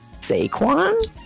Saquon